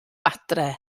adre